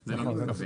זה לא מתקבל.